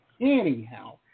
Anyhow